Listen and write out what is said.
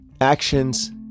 actions